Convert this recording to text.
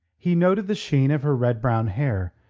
he noted the sheen of her red-brown hair,